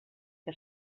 que